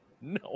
no